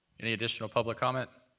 any additional public comment?